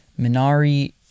Minari